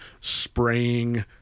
spraying